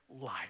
life